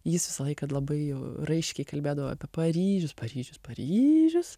jis visą laiką labai raiškiai kalbėdavo apie paryžius paryžius paryžius